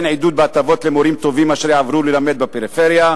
וכן עידוד בהטבות למורים טובים אשר יעברו ללמד בפריפריה,